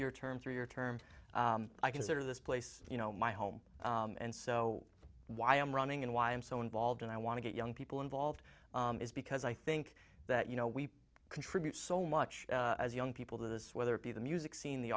year term three year term i consider this place you know my home and so why i'm running and why i'm so involved and i to get young people involved is because i think that you know we contribute so much as young people to this whether it be the music scene the